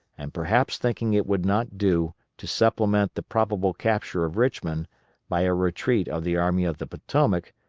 and perhaps thinking it would not do to supplement the probable capture of richmond by a retreat of the army of the potomac,